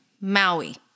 Maui